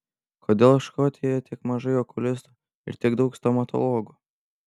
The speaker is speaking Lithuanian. kodėl škotijoje tiek mažai okulistų ir tiek daug stomatologų